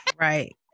Right